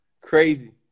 Crazy